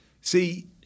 See